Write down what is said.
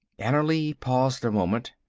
annerly paused a moment.